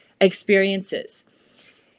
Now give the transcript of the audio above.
experiences